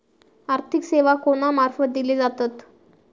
आर्थिक सेवा कोणा मार्फत दिले जातत?